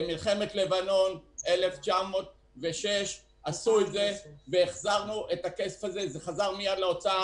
במלחמת לבנון ב-2006 עשו את זה והחזרנו את הכסף הזה לאוצר.